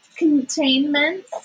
containments